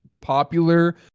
popular